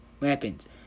weapons